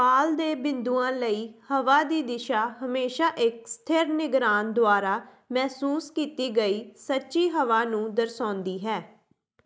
ਪਾਲ ਦੇ ਬਿੰਦੂਆਂ ਲਈ ਹਵਾ ਦੀ ਦਿਸ਼ਾ ਹਮੇਸ਼ਾ ਇੱਕ ਸਥਿਰ ਨਿਗਰਾਨ ਦੁਆਰਾ ਮਹਿਸੂਸ ਕੀਤੀ ਗਈ ਸੱਚੀ ਹਵਾ ਨੂੰ ਦਰਸਾਉਂਦੀ ਹੈ